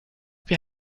wir